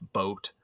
boat